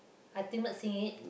sing it